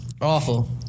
Awful